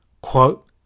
quote